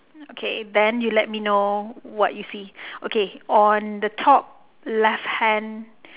okay then you let me know what you see okay on the top left hand